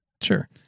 Sure